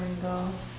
triangle